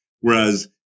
Whereas